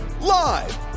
live